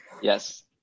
Yes